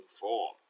form